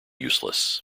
useless